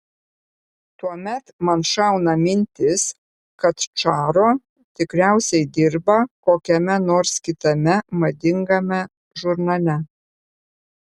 tuomet man šauna mintis kad čaro tikriausiai dirba kokiame nors kitame madingame žurnale